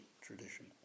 tradition